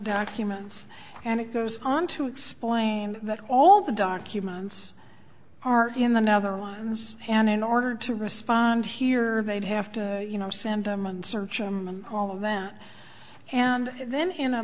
documents and it goes on to explain that all the documents are in the now the lines and in order to respond here they'd have to you know send them and search him all of that and then in a